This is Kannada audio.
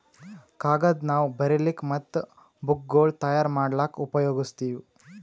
ಕಾಗದ್ ನಾವ್ ಬರಿಲಿಕ್ ಮತ್ತ್ ಬುಕ್ಗೋಳ್ ತಯಾರ್ ಮಾಡ್ಲಾಕ್ಕ್ ಉಪಯೋಗಸ್ತೀವ್